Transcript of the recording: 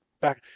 back